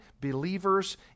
believers